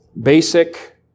basic